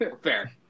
Fair